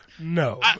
no